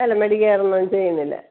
ആല്ല മെഡികെയ്റ് ഒന്നും ചെയ്യുന്നില്ല